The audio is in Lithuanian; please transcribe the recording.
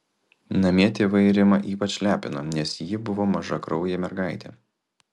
namie tėvai rimą ypač lepino nes ji buvo mažakraujė mergaitė